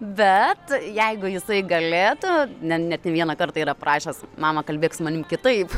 bet jeigu jisai galėtų ne net ne vieną kartą yra prašęs mama kalbėk su manimi kitaip